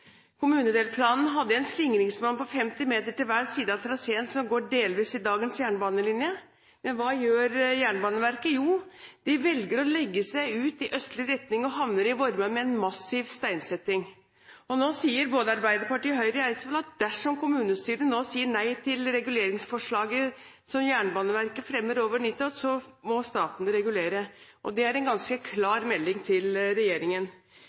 kommunedelplanen hadde man et slingringsmonn på 50 meter til hver side av traseen som går delvis i dagens jernbanelinje. Men hva gjør Jernbaneverket? Jo, de velger å legge seg ut i østlig retning og havner i Vorma med en massiv steinsetting. Nå sier både Arbeiderpartiet og Høyre i Eidsvoll at dersom kommunestyret nå sier nei til reguleringsforslaget som Jernbaneverket fremmer over nyttår, må staten regulere. Det er en ganske klar melding til regjeringen.